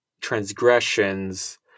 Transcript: transgressions